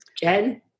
Jen